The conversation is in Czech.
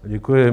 Děkuji.